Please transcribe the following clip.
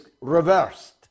reversed